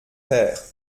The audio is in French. père